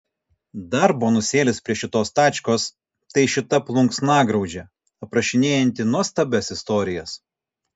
dar bonusėlis prie šitos tačkos tai šita plunksnagraužė aprašinėjanti nuostabias istorijas